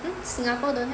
mm Singapore don't have